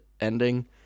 ending